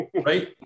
right